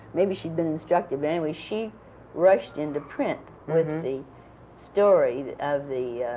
maybe she'd been instructed. but anyway, she rushed into print with the story of the